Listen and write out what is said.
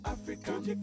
African